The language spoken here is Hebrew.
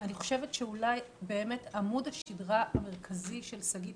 אני חושבת שאולי באמת עמוד השדרה המרכזי של שגית